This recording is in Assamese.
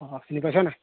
অ চিনি পাইছনে